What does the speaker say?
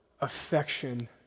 affection